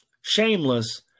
Shameless